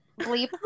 bleep